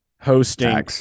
hosting